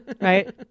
right